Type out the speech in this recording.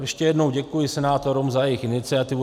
Ještě jednou děkuji senátorům za jejich iniciativu.